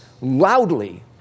loudly